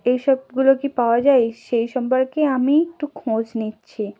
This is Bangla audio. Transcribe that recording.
এইসবগুলো কী পাওয়া যায় সেই সম্পর্কে আমি একটু খোঁজ নিচ্ছি